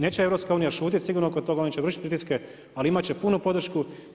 Neće EU šutjeti sigurno oko toga, oni će vršiti pritiske ali imati će punu podršku.